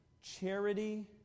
Charity